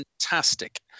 fantastic